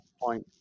point